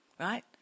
Right